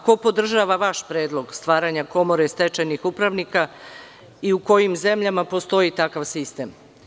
Ko podržava vaš predlog stvaranja komore stečajnih upravnika i u kojimzemljama postoji takav sistem?